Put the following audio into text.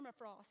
permafrost